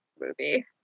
movie